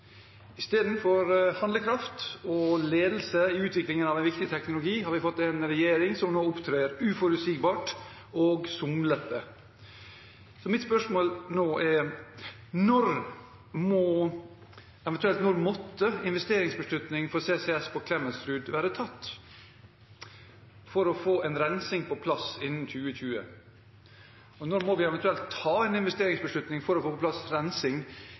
Istedenfor handlekraft og ledelse i utviklingen av en viktig teknologi har vi fått en regjering som opptrer uforutsigbart og somlete. Så mitt spørsmål er: Når må – eventuelt måtte – en investeringsbeslutning for CCS på Klemetsrud være tatt for å få rensing på plass innen 2020? Og når må vi eventuelt ta en investeringsbeslutning for å få på plass rensing